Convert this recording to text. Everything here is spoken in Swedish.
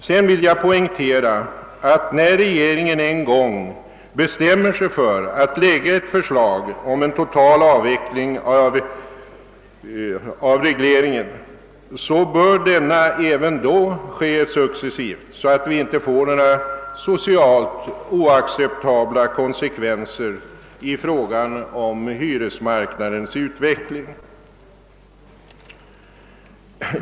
Sedan vill jag poängtera, att när regeringen en gång bestämmer sig för att lägga fram förslag om en total avveckling av regleringen bör denna även då ske successivt, så att vi inte får några socialt oacceptabla konsekvenser när det gäller hyresmarknadens utveckling.